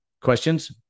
questions